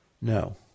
No